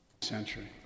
Century